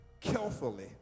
carefully